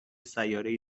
سیارهای